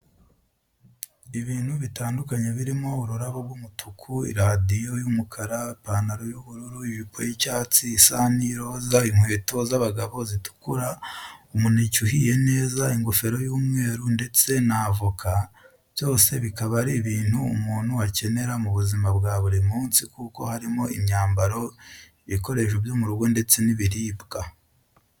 Ibintu bitandukanye birimo ururabo rw'umutuku, iradiyo y'umukara, ipantaro y'ubururu, ijipo y'icyatsi, isahani y'iroza, inkweto z'abagabo zitukura, umuneke uhiye neza, ingofero y'umweru ndetse n'avoka. byose bikaba ari ibintu umuntu akenera mu buzima bwa buri munsi kuko harimo imyambaro, ibikoresho byo mu rugo ndetse n'ibiribwa.